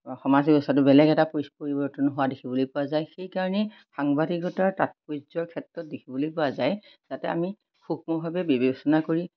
সমাজ ব্যৱস্থাটো বেলেগ এটা পৰিষ্ পৰিৱৰ্তন হোৱা দেখিবলৈ পোৱা যায় সেইকাৰণে সাংবাদিকতাৰ তাৎপৰ্য্য়ৰ ক্ষেত্ৰত দেখিবলৈ পোৱা যায় যাতে আমি সূক্ষ্মভাৱে বিবেচনা কৰি